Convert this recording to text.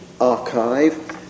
archive